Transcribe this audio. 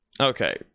Okay